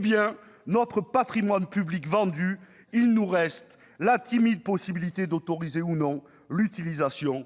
d'État ? Notre patrimoine public vendu, il nous reste la timide possibilité d'autoriser ou non l'utilisation